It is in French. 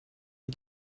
est